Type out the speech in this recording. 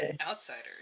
outsiders